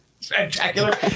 Spectacular